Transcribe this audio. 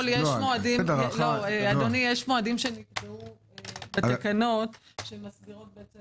יש מועדים שנקבעו בתקנות, שמסדירות.